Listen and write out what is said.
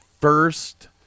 first